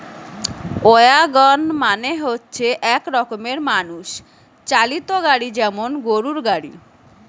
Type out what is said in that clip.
wagon মানে হচ্ছে এক রকমের মানুষ চালিত গাড়ি যেমন গরুর গাড়ি